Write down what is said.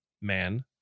man